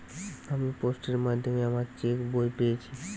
আমি পোস্টের মাধ্যমে আমার চেক বই পেয়েছি